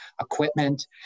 equipment